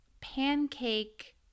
pancake